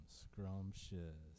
scrumptious